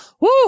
Woo